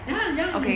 ya young you